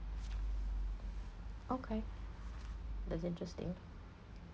okay that's interesting